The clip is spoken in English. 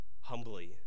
humbly